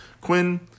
Quinn